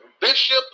Bishop